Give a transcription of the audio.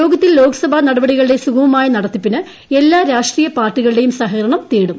യോഗത്തിൽ ലോകസഭാ നടപടികളുടെ സുഗമമായ നടത്തിപ്പിന് എല്ലാ രാഷ്ട്രീയ പാർട്ടികളുടെയും സഹകരണം തേടും